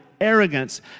arrogance